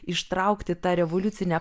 ištraukti tą revoliucinę